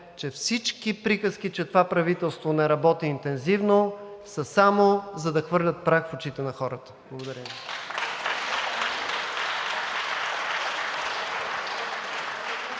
че всички приказки, че това правителство не работи интензивно, са само за да хвърлят прах в очите на хората. (Ръкопляскания